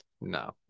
no